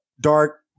dark